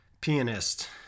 Pianist